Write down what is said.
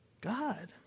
God